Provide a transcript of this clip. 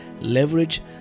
leverage